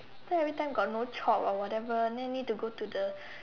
then everytime got no chalk or whatever then need to go to the